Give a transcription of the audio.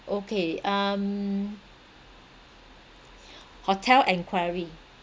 okay um hotel enquiry